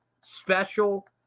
special